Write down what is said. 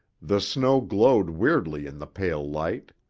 the snow glowed weirdly in the pale light.